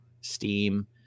Steam